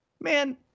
man